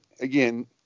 again